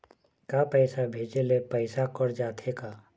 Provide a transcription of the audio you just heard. का पैसा भेजे ले पैसा कट जाथे का?